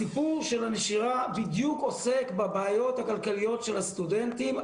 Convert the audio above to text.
הסיפור של הנשירה בדיוק עוסק בבעיות הכלכליות של הסטודנטים,